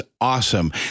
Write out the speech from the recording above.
awesome